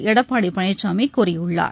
எடப்பாடி பழனிசாமி கூறியுள்ளார்